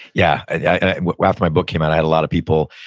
yeah and yeah, when my book came out, i had a lot of people